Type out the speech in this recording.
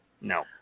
no